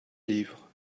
livre